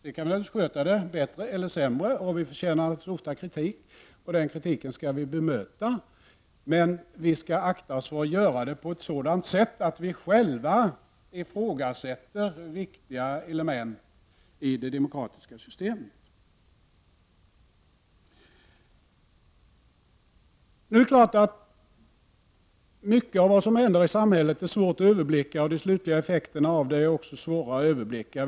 Sedan kan vi naturligtvis sköta det bättre eller sämre. Vi förtjänar ofta kritik, och den kritiken skall vi bemöta, men vi skall akta oss för att göra det på ett sådant sätt att vi själva ifrågasätter viktiga element i det demokratiska systemet. Mycket av vad som händer i samhället är svårt att överblicka, och de slutliga effekterna av det är också svåra att överblicka.